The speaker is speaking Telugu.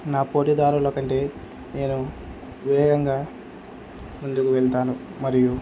నా పోటీదారులకంటే నేను వేగంగా ముందుకు వెళ్తాను మరియు